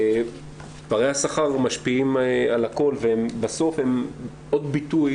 פערי השכר משפיעים על הכל ובסוף הם עוד ביטוי